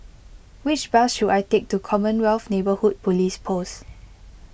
which bus should I take to Commonwealth Neighbourhood Police Post